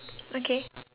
okay